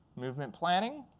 movement planning,